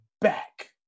back